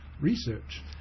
research